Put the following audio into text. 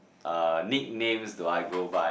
uh nicknames do I go by